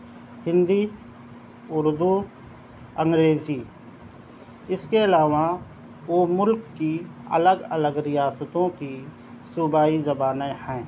ہندی اردو انگریزی اس کے علاوہ وہ ملک کی الگ الگ ریاستوں کی صوبائی زبانیں ہیں